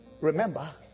remember